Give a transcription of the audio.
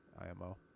IMO